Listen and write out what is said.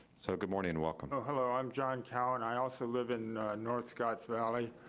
so good morning and welcome. oh, hello, i'm john cowan. i also live in north scotts valley,